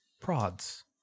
prods